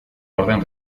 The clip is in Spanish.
orden